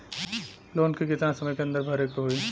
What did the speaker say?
Loan के कितना समय के अंदर भरे के होई?